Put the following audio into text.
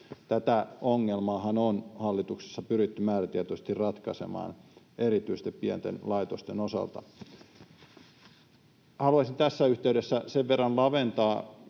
Tätä ongelmaahan on hallituksessa pyritty määrätietoisesti ratkaisemaan erityisesti pienten laitosten osalta. Haluaisin tässä yhteydessä sen verran laventaa,